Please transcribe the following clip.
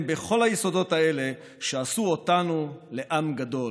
בכל היסודות האלה שעשו אותנו לעם גדול: